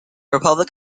republic